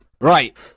Right